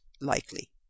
likely